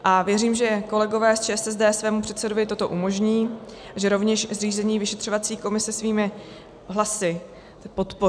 A věřím, že kolegové z ČSSD svému předsedovi toto umožní, že rovněž zřízení vyšetřovací komise svými hlasy podpoří.